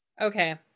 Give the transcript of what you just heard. Okay